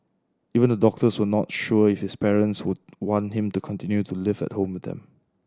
even the doctors were not sure if his parents would want him to continue to live at home with them